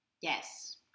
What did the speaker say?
Yes